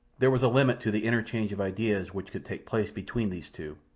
there was a limit to the interchange of ideas which could take place between these two,